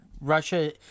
Russia